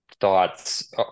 thoughts